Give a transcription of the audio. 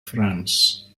france